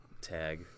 tag